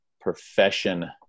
profession